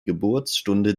geburtsstunde